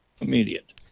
Immediate